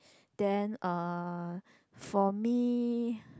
then uh for me